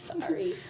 sorry